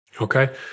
okay